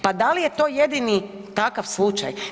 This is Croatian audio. Pa da li je to jedini takav slučaj?